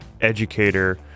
educator